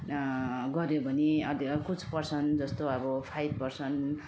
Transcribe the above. गर्यो भने अब कुछ पर्सेन्ट जस्तो अब फाइभ पर्सेन्ट